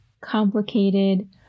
complicated